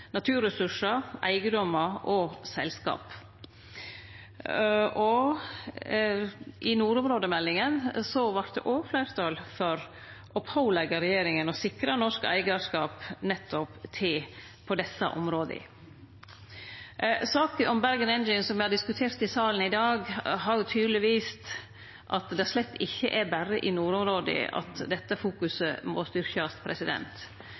naturressursar, eigedommar og selskap. Og i nordområdemeldinga vart det òg fleirtal for å påleggje regjeringa å sikre norsk eigarskap på nettopp desse områda. Saka om Bergen Engines, som me har diskturert i salen i dag, har jo tydeleg vist at det slett ikkje er berre i nordområda at dette